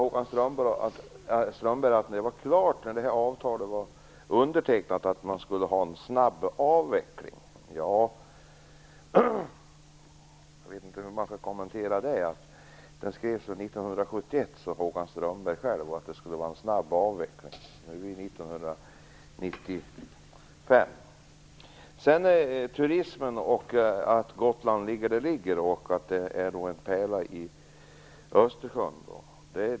Håkan Strömberg sade att det skulle ske en snabb avveckling när avtalet var undertecknat. Jag vet inte hur jag skall kommentera det. Avtalet skrevs väl 1971, och Håkan Strömberg sade att det skulle ske en snabb avveckling. Nu är det 1995. Det har också talats om turismen och att Gotland är en pärla i Östersjön.